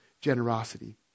generosity